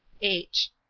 h.